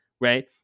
Right